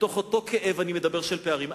מתוך אותו כאב אני מדבר, של פערים.